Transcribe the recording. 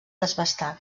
desbastar